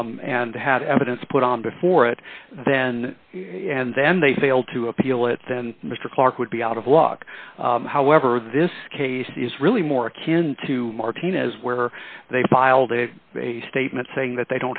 claim and had evidence put on before it then and then they failed to appeal it then mr clark would be out of luck however this case is really more akin to martinez where they filed a statement saying that they